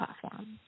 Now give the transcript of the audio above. platform